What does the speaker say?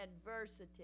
adversity